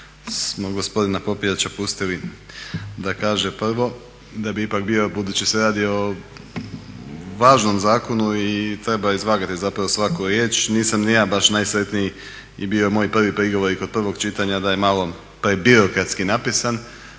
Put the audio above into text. smo gospodina Popijača pustili da kaže prvo. Da bi ipak bio, budući se radi o važnom zakonu i treba izvagati zapravo svaku riječ, nisam ni ja baš najsretniji i bio je moj prvi prigovor i kod prvog čitanja da je malo prebirokratski napisan